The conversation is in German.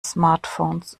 smartphones